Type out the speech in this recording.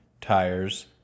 tires